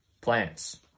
plants